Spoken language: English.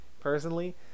personally